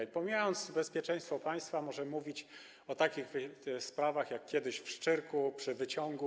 I pomijając bezpieczeństwo państwa, można mówić o takich sprawach, jakie kiedyś były w Szczyrku, przy wyciągu.